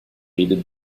aided